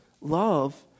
love